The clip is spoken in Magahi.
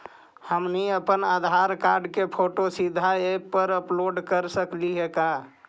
हमनी अप्पन आधार कार्ड के फोटो सीधे ऐप में अपलोड कर सकली हे का?